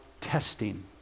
testing